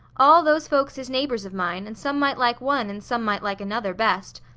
all those folks is neighbours of mine and some might like one, and some might like another, best.